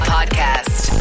Podcast